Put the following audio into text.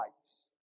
lights